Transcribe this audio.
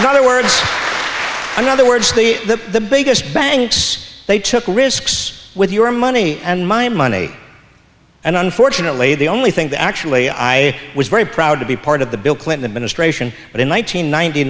in other words in other words the the the biggest banks they took risks with your money and my money and unfortunately the only thing that actually i was very proud to be part of the bill clinton administration but in one nine